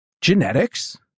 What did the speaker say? genetics